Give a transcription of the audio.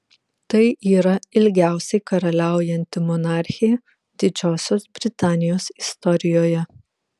tai yra ilgiausiai karaliaujanti monarchė didžiosios britanijos istorijoje